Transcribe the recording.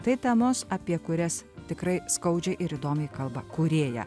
tai temos apie kurias tikrai skaudžiai ir įdomiai kalba kūrėja